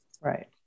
Right